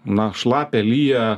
na šlapia lyja